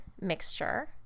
mixture